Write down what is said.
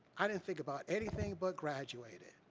i didn't think about anything but graduating.